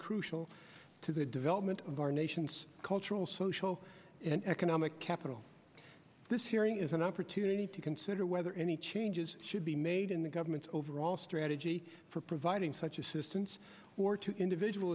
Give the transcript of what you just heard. crucial to the development of our nation's cultural social and economic capital this hearing is an opportunity to consider whether any changes should be made in the government's overall strategy for providing such assistance or to individual